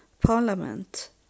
parliament